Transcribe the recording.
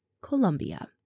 Colombia